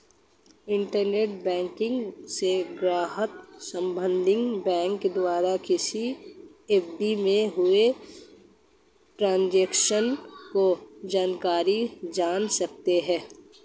internet banking से ग्राहक संबंधित बैंक द्वारा किसी अवधि में हुए ट्रांजेक्शन की जानकारी जान सकता है